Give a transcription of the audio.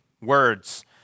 words